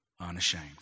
unashamed